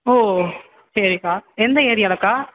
ஓ சரிக்கா எந்த ஏரியாவில்க்கா